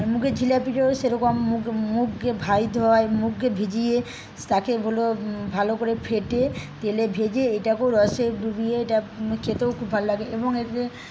মুগের জিলাপিটাও সেরকম মুগকে ভাজতে হয় মুগকে ভিজিয়ে তাকে হল ভালো করে ফেটিয়ে তেলে ভেজে এটাকেও রসে ডুবিয়ে এটা খেতেও খুব ভালো লাগে এবং